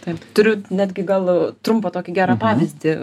taip turiu netgi gal trumpą tokį gerą pavyzdį